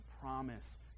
promise